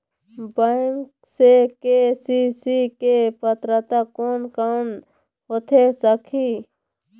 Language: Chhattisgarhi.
बैंक से के.सी.सी के पात्रता कोन कौन होथे सकही?